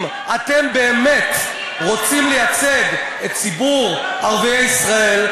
אם אתם באמת רוצים לייצג את ציבור ערביי ישראל,